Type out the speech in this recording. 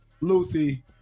Lucy